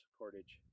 cordage